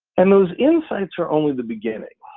and those insights are only the beginning.